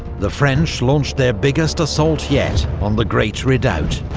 the french launched their biggest assault yet on the great redoubt.